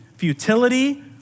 futility